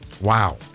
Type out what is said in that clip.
Wow